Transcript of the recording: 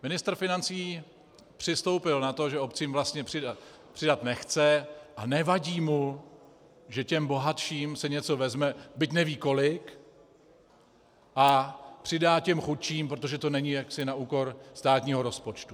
Ministr financí přistoupil na to, že obcím vlastně přidat nechce, a nevadí mu, že těm bohatším se něco vezme, byť neví kolik, a přidá těm chudším, protože to není jaksi na úkor státního rozpočtu.